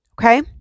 Okay